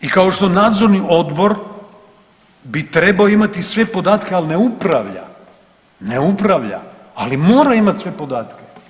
I kao što nadzorni odbor bi trebao imati sve podatke, ali ne upravlja, ne upravlja, ali mora imati sve podatke.